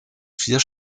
vier